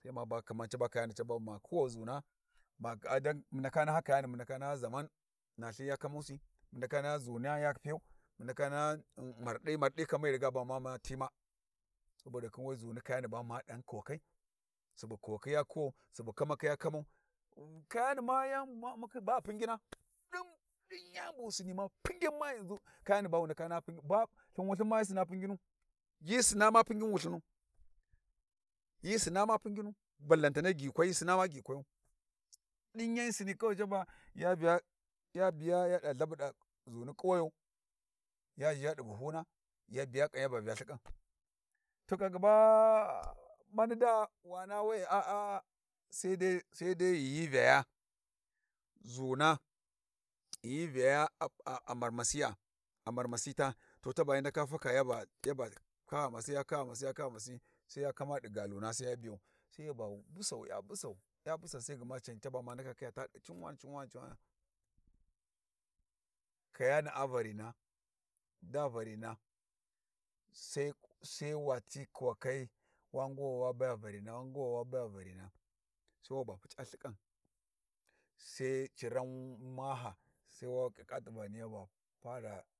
Sai ma ba Kaman caba kayani caba ma kuwa zuwa zuna a dan mu ndaka naha kayani mu ndaka naha zaman na lthi ya kamusi mu ndaka naha zuna ya piyau mu ndaka naha mardi mardi kan mai riga mama tima. saboda khin we, zuni ba ma dighan kuwakai, subu kuwakhi ya kuwau, subu kamakhi ya kamau. Kayani ma yan u'makhi ba pugina, ɗin ɗin yani bu wu sinni ma pugginma yanzu kayani ma wu ndaka naha pigginu, hyi sinna ma puggin wulthin hyi sina ma pugginu balantane gikwai hyi sina ma gikwayu, ɗin yan hyi sinni kawai ya biya yaɗa lthabuda zuni kuwayo ya zha di buhuna, ya biya kan yaba vya lthiƙan. To kaka ba mani daa wana we aa sai dai sai dai ghi hyi vyaya, zuna ghi hyi vyaya a ba a marmasiya amarmasita to taba hyi ndaka faka yaba yaba pa ghamsi pa ghamasi ya pa ghamasi sai ya kama ɗi galuna sai ya biyau sai yaba bussau ya bussau ya bassau sai gma can ba ma ndaka kiyya ta cinwani cinwani cinawana. Kayana'a varina daa varina sai sai wati kuwakai wa guwau wa baya varina wa guwa wa baya varina sai waba puc'a lthikani, sai ciran maha sai wa ƙiƙƙa t'ivani yaba para.